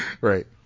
right